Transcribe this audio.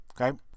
Okay